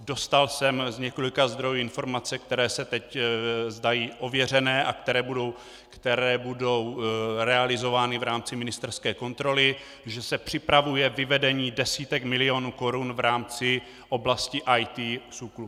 Dostal jsem z několika zdrojů informace, které se teď zdají ověřené a které budou realizovány v rámci ministerské kontroly, že se připravuje vyvedení desítek milionů korun v rámci oblasti IT SÚKLu.